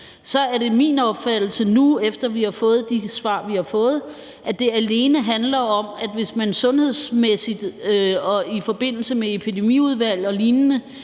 er det min opfattelse nu, efter at vi har fået de svar, vi har fået, at det alene handler om, at hvis man sundhedsmæssigt og i forbindelse med Epidemiudvalg og lignende